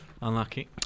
Unlucky